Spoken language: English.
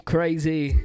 Crazy